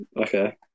Okay